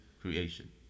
creation